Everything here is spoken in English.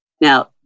Now